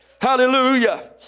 Hallelujah